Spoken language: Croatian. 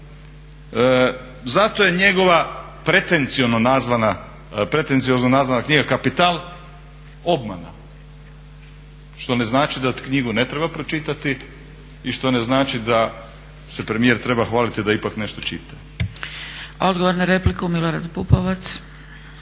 Zato je njegova pretenciozno nazvana knjiga Kapital obmana. Što ne znači da knjigu ne treba pročitati i što ne znači da se premijer treba hvaliti da ipak nešto čita. **Zgrebec, Dragica (SDP)** Odgovor